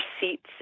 seats